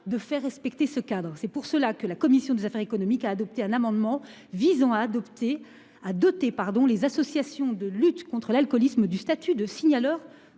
de faire respecter ce cadre. C'est pour cela que la commission des affaires économiques a adopté un amendement visant à adopter à doter pardon, les associations de lutte contre l'alcoolisme du statut de signaleurs